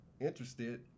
interested